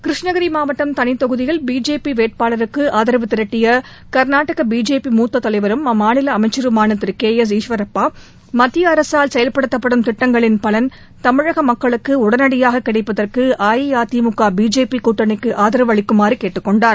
கிருஷ்ணகிரி மாவட்டம் தளி தொகுதியில் பிஜேபி வேட்பாளருக்கு ஆதரவு திரட்டிய கர்நாடக பிஜேபி மூத்தத் தலைவரும் அம்மாநில அமைச்சருமான திரு கே எஸ் ஈஸ்வரப்பா மத்திய அரசால் செயல்படுத்தப்படும் திட்டங்களின் பலன் தமிழக மக்களுக்கு உடனடியாக கிடைப்பதற்கு அஇஅதிமுக பிஜேபி கூட்டணிக்கு ஆதரவு அளிக்குமாறு கூட்டுக்கொண்டார்